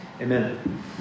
amen